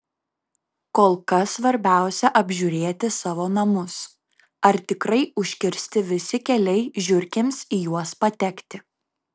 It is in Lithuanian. kol kas svarbiausia apžiūrėti savo namus ar tikrai užkirsti visi keliai žiurkėms į juos patekti